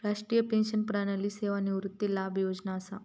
राष्ट्रीय पेंशन प्रणाली सेवानिवृत्ती लाभ योजना असा